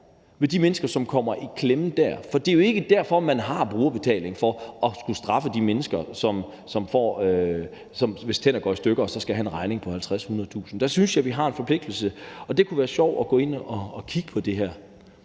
for de mennesker, som kommer i klemme dér. For det er jo ikke derfor, at man har brugerbetaling, altså for at skulle straffe de mennesker, hvis tænder går i stykker, og som så skal have en regning på 50.000-100.000 kr. Dér synes jeg at vi har en forpligtelse, og det kunne være sjovt at gå ind og kigge på det her.